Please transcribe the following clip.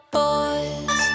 boys